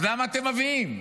אז למה אתם מביאים?